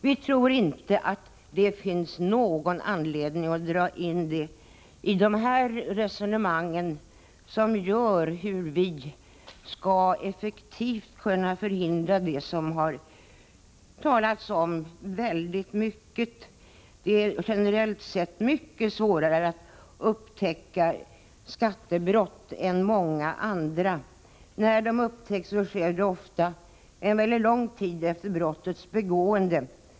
Vi tror inte att det finns någon anledning att dra in det i det här resonemanget, som rör hur vi effektivt skall kunna förhindra något som det talats väldigt mycket om, nämligen att det generellt sett är mycket svårare att upptäcka skattebrott än många andra brott. När skattebrott upptäcks sker det ofta mycket lång tid efter det att brottet begåtts.